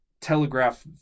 telegraph